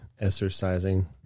exercising